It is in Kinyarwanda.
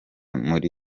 muri